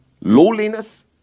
lowliness